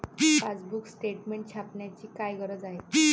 Passbook statement छापण्याची काय गरज आहे?